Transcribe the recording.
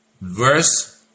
verse